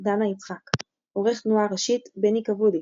- דנה יצחק עורך תנועה ראשי - בני כבודי